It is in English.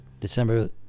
December